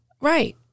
Right